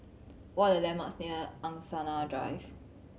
what are the landmarks near Angsana Drive